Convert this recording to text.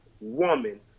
woman